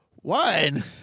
One